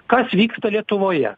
kas vyksta lietuvoje